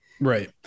Right